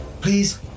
Please